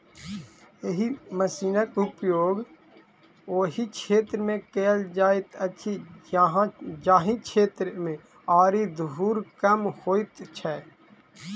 एहि मशीनक उपयोग ओहि क्षेत्र मे कयल जाइत अछि जाहि क्षेत्र मे आरि धूर कम होइत छै